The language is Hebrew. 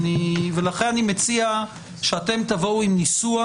ולכן אני מציע שאתם תבואו עם ניסוח,